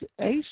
Ace